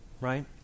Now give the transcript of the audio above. Right